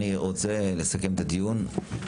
אני רוצה לסכם את הדיון.